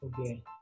Okay